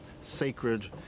sacred